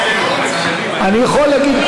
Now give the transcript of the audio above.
אני יכול להגיד,